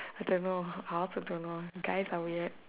I don't know I also don't know guys are weird